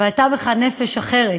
אבל הייתה בך נפש אחרת,